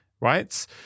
right